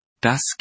Das